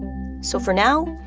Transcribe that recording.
so for now,